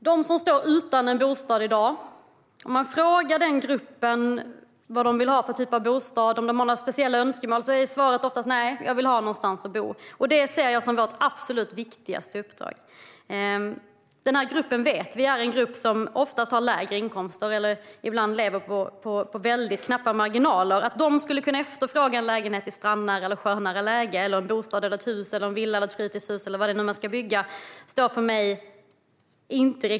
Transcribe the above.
Fru talman! Om man frågar den grupp som står utan bostad i dag vad de vill ha för typ av bostad och om de har några speciella önskemål är svaret oftast nej - de vill ha någonstans att bo. Detta ser jag som vårt absolut viktigaste uppdrag. Vi vet att människorna i denna grupp oftast har lägre inkomster och ibland lever med väldigt knappa marginaler. Att de skulle kunna efterfråga en bostad - en lägenhet, en villa eller ett fritidshus - i strandnära eller sjönära läge står inte riktigt klart för mig.